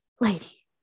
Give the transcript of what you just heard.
Lady